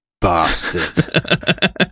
bastard